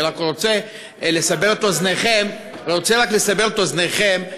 אני רוצה רק לסבר את אוזניכם,